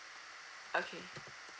okay